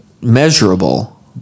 measurable